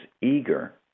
eager